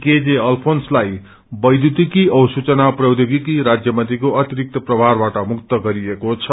KJ अल्फ्रेन्सलाई वैध्युतिकी औ सूचना प्रौध्योगिक्वी राज्यमंत्री को अतिरिक्त प्रभारबाट मुक्त गरिएको छ